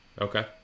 Okay